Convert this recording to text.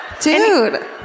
Dude